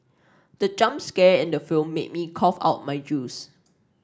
the jump scare in the film made me cough out my juice